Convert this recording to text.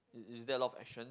is is there a lot of action